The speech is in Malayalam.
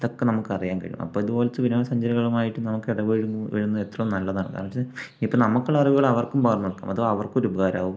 ഇതൊക്കെ നമുക്ക് അറിയാൻ കഴിയും അപ്പോൾ ഇതുപോലത്തെ വിനോദസഞ്ചാരികളുമായിട്ട് നമുക്ക് ഇടപഴകി വരുന്നത് എത്ര നല്ലതാണ് കാരണം എന്താച്ചാ ഇപ്പോൾ നമുക്കുള്ള അറിവുകൾ അവർക്കും പകർന്നുകൊടുക്കുക അത് അവർക്കൊരുപകാരമാകും